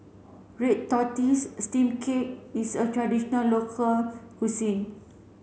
red tortoise steam cake is a traditional local cuisine